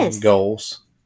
goals